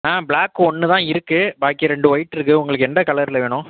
ஆ black ஒன்று தான் இருக்கு பாக்கி ரெண்டு ஒயிட்ருக்கு உங்களுக்கு எந்த கலரில் வேணும்